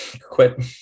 quit